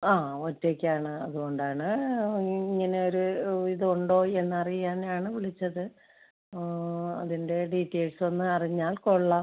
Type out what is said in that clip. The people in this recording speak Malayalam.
അ ഒറ്റയ്ക്കാണ് അതുകൊണ്ടാണ് ഇങ്ങനെ ഒര് ഇത് ഉണ്ടോ എന്നറിയാനാണ് വിളിച്ചത് അതിൻ്റെ ഡീറ്റെയിൽസൊന്ന് അറിഞ്ഞാൽ കൊള്ളാം